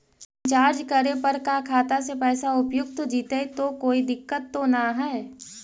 Recharge करे पर का खाता से पैसा उपयुक्त जितै तो कोई दिक्कत तो ना है?